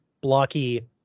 blocky